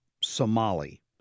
Somali